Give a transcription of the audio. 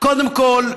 קודם כול,